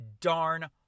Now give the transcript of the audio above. darn